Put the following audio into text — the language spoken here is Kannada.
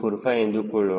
045 ಎಂದುಕೊಳ್ಳೋಣ